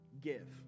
give